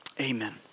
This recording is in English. amen